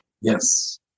Yes